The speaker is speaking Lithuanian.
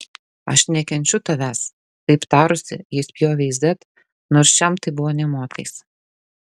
aš nekenčiu tavęs taip tarusi ji spjovė į z nors šiam tai buvo nė motais